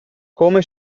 come